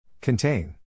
Contain